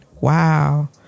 Wow